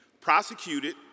prosecuted